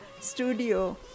studio